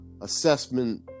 assessment